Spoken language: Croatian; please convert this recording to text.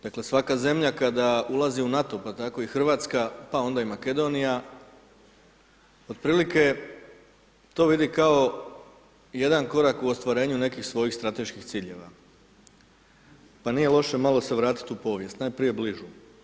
Dakle svaka zemlja kada ulazi u NATO, pa tako i Hrvatska pa onda i Makedonija otprilike to vidi kao jedan korak u ostvarenju nekih svojih strateških ciljeva pa nije loše malo se vratiti u povijest, najprije bližu.